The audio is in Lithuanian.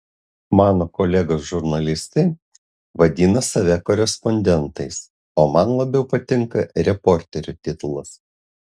mano kolegos žurnalistai vadina save korespondentais o man labiau patinka reporterio titulas